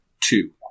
two